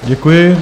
Děkuji.